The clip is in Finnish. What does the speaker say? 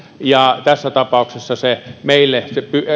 ja tässä tapauksessa se meille